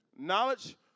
Knowledge